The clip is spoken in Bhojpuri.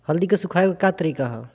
हल्दी के सुखावे के का तरीका ह?